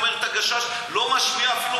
איך אומרים "הגשש": לא משמיעה אפילו